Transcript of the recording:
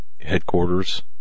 headquarters